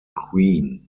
queen